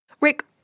Rick